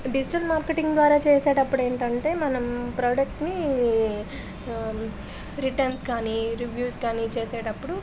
digital marketing ద్వారా చేసేటప్పుడు ఏంటంటే మనం ప్రోడక్ట్ ని రిటర్న్స్ కానీ రివ్యూస్ కానీ చేసేటప్పుడు